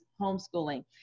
homeschooling